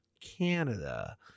Canada